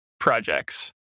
Projects